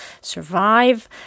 survive